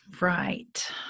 Right